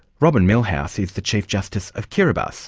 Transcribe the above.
robin millhouse is the chief justice of kiribati,